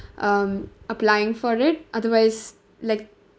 um applying for it otherwise like